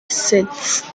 seats